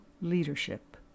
leadership